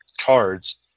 cards